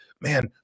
man